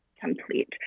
complete